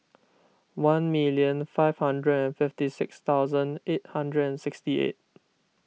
one million five hundred and fifty six thousand eight hundred and sixty eight